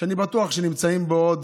שאני בטוח שנמצאים בו עוד